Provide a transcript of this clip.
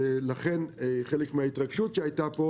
לכן חלק מההתרגשות שהייתה פה,